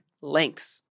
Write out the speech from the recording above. lengths